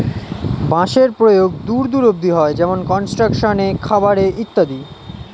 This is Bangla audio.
বাঁশের প্রয়োগ দূর দূর অব্দি হয়, যেমন কনস্ট্রাকশন এ, খাবার এ ইত্যাদি